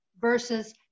versus